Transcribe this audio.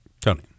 Tony